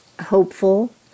hopeful